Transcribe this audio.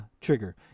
trigger